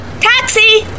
Taxi